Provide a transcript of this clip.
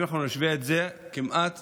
אם נשווה את זה, זה כמעט